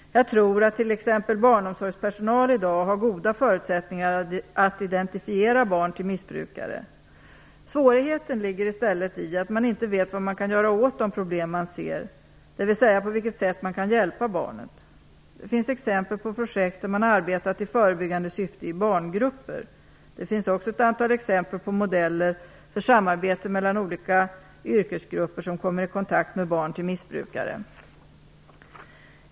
Jag tror att t.ex. barnomsorgspersonal i dag har goda förutsättningar att identifiera barn till missbrukare. Svårigheten ligger i stället i att man inte vet vad man kan göra åt de problem man ser, dvs. på vilket sätt man kan hjälpa barnet. Det finns exempel på projekt där man har arbetat i förebyggande syfte i barngrupper. Det finns också ett antal exempel på modeller för samarbete mellan olika yrkesgrupper som kommer i kontakt med barn till missbrukare.